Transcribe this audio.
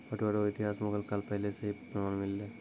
पटुआ रो इतिहास मुगल काल पहले से ही प्रमान मिललै